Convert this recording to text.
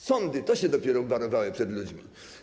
Sądy to się dopiero obwarowały przed ludźmi.